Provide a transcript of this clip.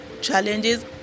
challenges